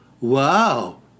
wow